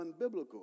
unbiblical